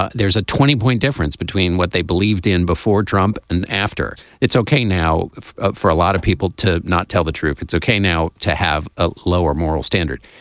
ah there's a twenty point difference between what they believed in before trump and after. it's okay now for a lot of people to not tell the truth. it's okay now to have a lower moral standard.